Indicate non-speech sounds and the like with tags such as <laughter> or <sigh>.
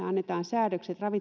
<unintelligible> annetaan säädökset